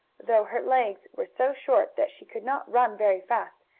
though her legs were so short that she could not run very fast,